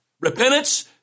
Repentance